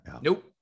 Nope